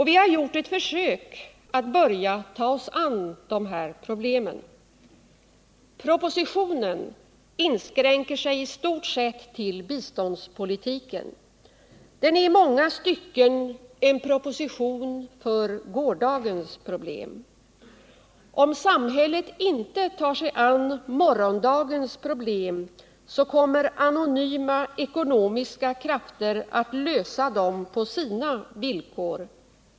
Vi har gjort ett försök att börja ta oss an dessa. Propositionen inskränker sig i stort sett till biståndspolitiken. Den är i många stycken en proposition för gårdagens problem. Om samhället inte tar sig an morgondagens problem, kommer anonyma ekonomiska krafter att lösa dem på sina villkor.